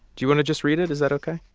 you want to just read it? is that ok?